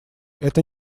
это